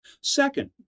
Second